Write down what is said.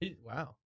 Wow